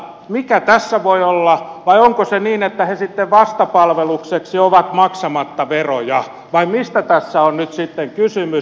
mikä tässä voi olla vai onko se niin että he sitten vastapalvelukseksi ovat maksamatta veroja vai mistä tässä on nyt sitten kysymys